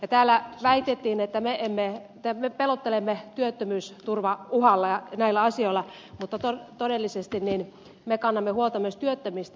täällä väitettiin että me pelottelemme työttömyysturvauhalla ja näillä asioilla mutta todellisuudessa me kannamme huolta myös työttömistä